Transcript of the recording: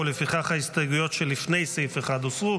ולפיכך ההסתייגויות של לפני סעיף 1 הוסרו.